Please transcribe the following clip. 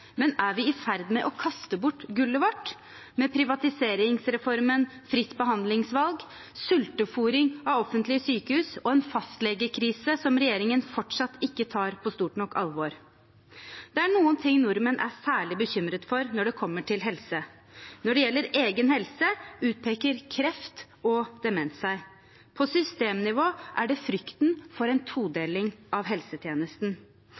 men er vi i ferd med å kaste bort gullet vårt med privatiseringsreformen for fritt behandlingsvalg, sulteforing av offentlige sykehus og en fastlegekrise som regjeringen fortsatt ikke tar på stort nok alvor? Det er noen ting nordmenn er særlig bekymret for i forbindelse med helse. Når det gjelder egen helse, utpeker kreft og demens seg. På systemnivå er det frykten for en todeling av helsetjenesten